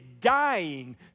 dying